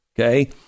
okay